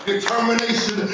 determination